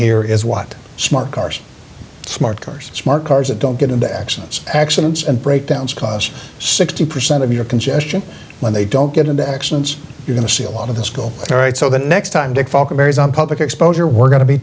here is what smart cars smart cars smart cars that don't get into actions accidents and breakdowns because sixty percent of your congestion when they don't get into accidents you're going to see a lot of the school all right so the next time they focus areas on public exposure we're going to be